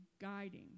guiding